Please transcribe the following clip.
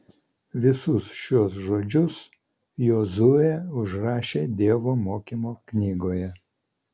visus tuos žodžius jozuė užrašė dievo mokymo knygoje